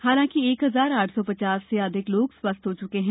हालांकि एक हजार आठ सौ पचास से अधिक लोग स्वस्थ हो चुके हैं